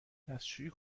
دستشویی